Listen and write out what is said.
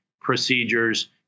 procedures